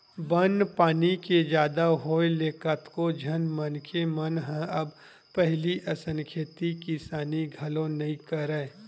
बन पानी के जादा होय ले कतको झन मनखे मन ह अब पहिली असन खेती किसानी घलो नइ करय